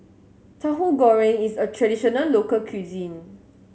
Tahu Goreng is a traditional local cuisine